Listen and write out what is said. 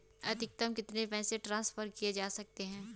अधिकतम कितने पैसे ट्रांसफर किये जा सकते हैं?